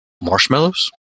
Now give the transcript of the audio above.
marshmallows